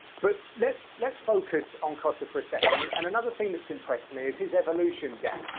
but, let's let's focus on costa for a second, and another thing that's impressed me is his evolution, dan.